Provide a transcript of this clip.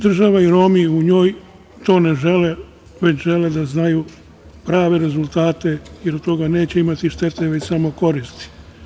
Država i Romi u njoj to ne žele, već žele da znaju prave rezultate, jer od toga neće imati štete, već samo koristi.